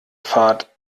fahrt